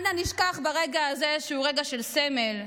אל נא נשכח ברגע הזה, שהוא רגע של סמל,